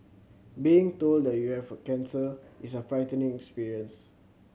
being told that you have cancer is a frightening experience